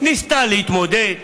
ניסתה להתמודד.